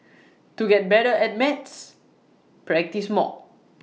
to get better at maths practise more